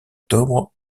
octobre